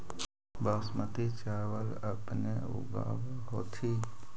बासमती चाबल अपने ऊगाब होथिं?